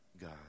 God